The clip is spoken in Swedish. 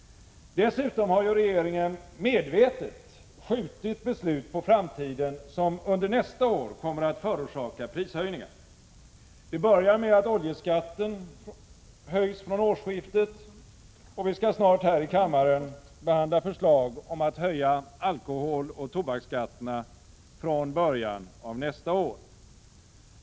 Dessutom har ju regeringen medvetet skjutit beslut på framtiden som under nästa år kommer att förorsaka prishöjningar. Det börjar med att oljeskatten höjs från årsskiftet, och vi skall snart här i kammaren behandla förslag om att höja alkoholoch tobaksskatterna från början av nästa år.